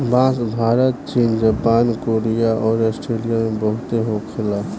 बांस भारत चीन Japan Korea अउर आस्ट्रेलिया में बहुते होखे ला